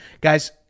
guys